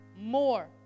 more